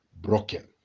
broken